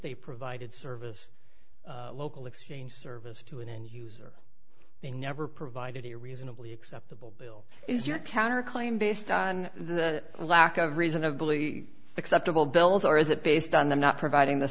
they provided service local exchange service to an end user they never provided a reasonably acceptable bill is your counter claim based on the lack of reasonably acceptable bills or is it based on them not providing